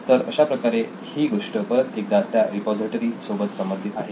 तर अशाप्रकारे ही गोष्ट परत एकदा त्या रिपॉझिटरी सोबत थेट संबंधित आहे